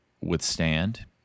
withstand